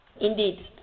indeed